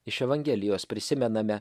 iš evangelijos prisimename